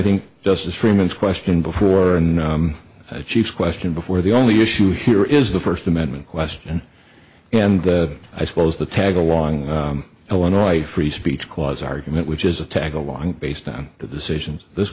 think justice freeman's question before and chief question before the only issue here is the first amendment question and i suppose the tagalong illinois free speech clause argument which is a tag along based on the decisions this